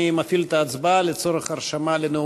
ברשות יושב-ראש הכנסת, הנני